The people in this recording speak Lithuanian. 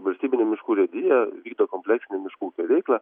valstybinė miškų urėdija vykdo kompleksinę miškų ūkio veiklą